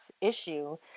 issue